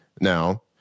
now –